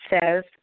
says